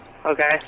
Okay